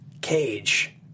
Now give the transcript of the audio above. Cage